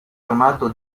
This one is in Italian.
armato